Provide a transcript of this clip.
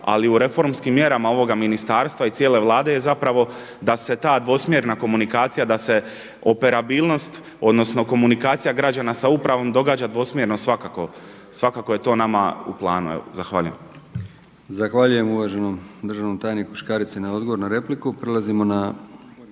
ali u reformskim mjerama ovoga ministarstva i cijele Vlade je da se ta dvosmjerna komunikacija da se operabilnost odnosno komunikacija građana sa upravom događa dvosmjerno svakako, svakako je nama to u planu. Zahvaljujem. **Brkić, Milijan (HDZ)** Zahvaljujem na odgovoru uvaženom državnom